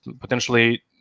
Potentially